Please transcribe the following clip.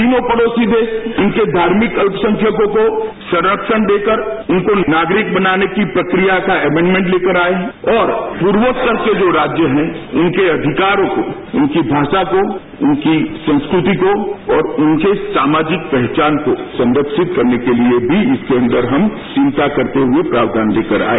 तीनों पड़ोसी देश इनके धार्मिक अल्पसंख्यकों को संरक्षण देकर इनको नागरिक बनाने की प्रक्रिया का अमेंडमेंट लेकर आए और पूर्वोत्तर के जो राज्य हैं उनके अधिकारों को उनकी भाषा को उनकी संस्कृति को और उनके सामाजिक पहचान को संरक्षित करने के लिए भी इसके अंदर हम चिंता करते हुए प्रावधान लेकर आए